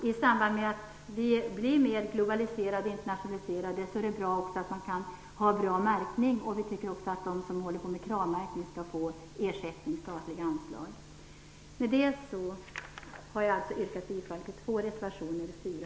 I samband med att vi blir mera globaliserade och internationaliserade är det också viktigt att ha en bra märkning. De som håller på med KRAV-märkning tycker vi skall få ersättning via statliga anslag. Jag yrkar, som sagt, bifall till reservationerna 4